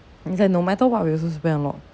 it's like no matter what we also spend a lot